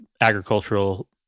agricultural